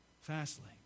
fastly